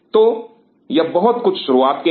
तो यह कुछ बहुत शुरुआत के हैं